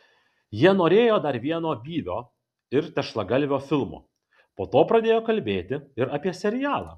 jie norėjo dar vieno byvio ir tešlagalvio filmo po to pradėjo kalbėti ir apie serialą